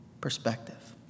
perspective